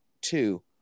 two